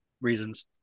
reasons